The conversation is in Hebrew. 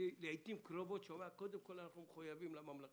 לעתים קרובות אני שומע: קודם כול אנחנו מחויבים לממלכתי.